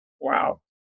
Wow